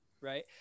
right